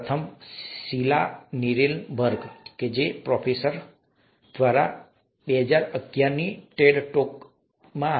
પ્રથમ professor Sheila Nirenberg દ્વારા 2011ની ટેડ ટોક છે